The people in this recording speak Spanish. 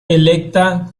electa